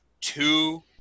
two